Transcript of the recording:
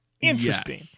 Interesting